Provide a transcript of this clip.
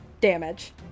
damage